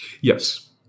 Yes